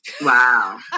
Wow